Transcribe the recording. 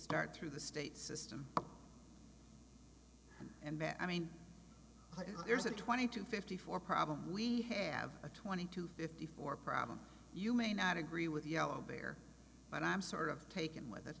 start through the state system and that i mean there's a twenty to fifty four problem we have a twenty two fifty four problem you may not agree with yellow there and i'm sort of taken with